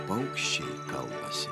paukščiai kalbasi